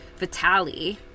Vitaly